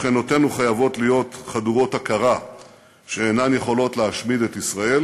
שכנותינו חייבות להיות חדורות הכרה שאינן יכולות להשמיד את ישראל,